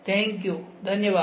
Thank you धन्यवाद